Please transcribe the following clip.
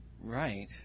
Right